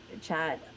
chat